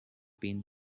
been